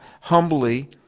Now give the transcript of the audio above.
humbly